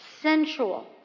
sensual